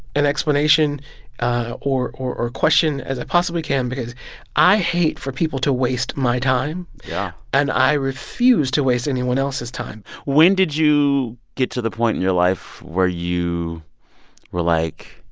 an explanation or or question as i possibly can because i hate for people to waste my time yeah and i refuse to waste anyone else's time when did you get to the point in your life where you were like,